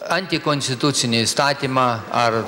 antikonstitucinį įstatymą ar